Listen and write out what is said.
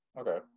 okay